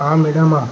આ મેળામાં